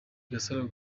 gasaro